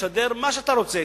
ותשדר מה שאתה רוצה.